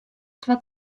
twa